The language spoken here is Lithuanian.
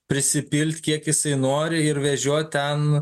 prisipilt kiek jisai nori ir vežiot ten